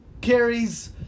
carries